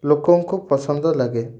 ଲୋକଙ୍କୁ ପସନ୍ଦ ଲାଗେ